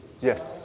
yes